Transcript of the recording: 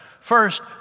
First